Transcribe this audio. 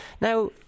Now